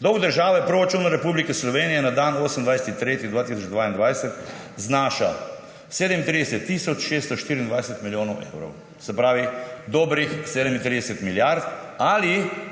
Dolg države v proračunu Republike Slovenije na dan 28. 3. 2022 znaša 37 tisoč 624 milijonov evrov. Se pravi dobrih 37 milijard ali